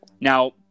Now